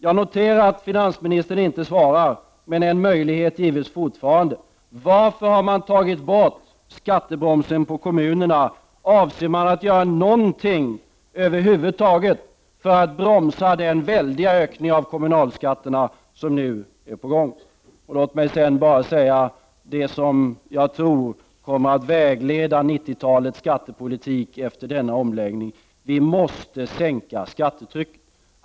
Jag noterar att finansministern inte kommenterade det jag sade om kommunerna, men en möjlighet gives fortfarande. Varför har man tagit bort skattebromsen på kommunerna? Avser man göra över huvud taget någonting för att bromsa den väldiga ökning av kommunalskatterna som nu är på gång? Det som enligt min uppfattning kommer att bli vägledande i 90-talets skattepolitik efter denna omläggning är kravet på en sänkning av skattetrycket.